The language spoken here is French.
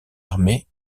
armée